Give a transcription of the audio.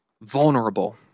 vulnerable